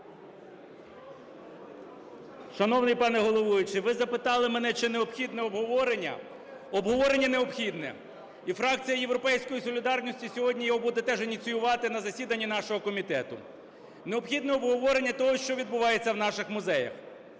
Шановний пане головуючий, ви запитали мене, чи необхідне обговорення? Обговорення необхідне. І фракція "Європейська солідарність" сьогодні його буде теж ініціювати на засіданні нашого комітету. Необхідне обговорення того, що відбувається у наших музеях.